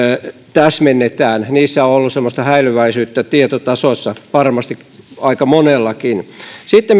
täsmennetään niissä on ollut semmoista häilyväisyyttä tietotasossa varmasti aika monellakin sitten